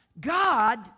God